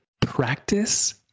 practice